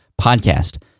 podcast